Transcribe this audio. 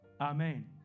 Amen